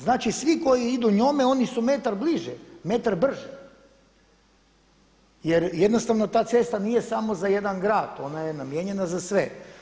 Znači svi koji idu njome oni su metar bliže, metar brže jer jednostavno ta cesta nije samo za jedan grad, ona je namijenjena za sve.